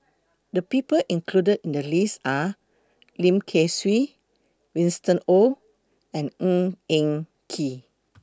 The People included in The list Are Lim Kay Siu Winston Oh and Ng Eng Kee